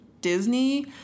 Disney